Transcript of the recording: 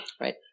right